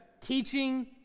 teaching